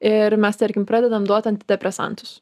ir mes tarkim pradedam duot antidepresantus